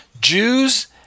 Jews